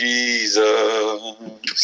Jesus